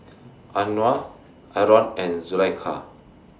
Anuar Aaron and Zulaikha